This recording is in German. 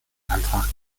antrag